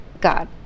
God